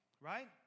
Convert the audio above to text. right